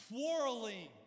Quarreling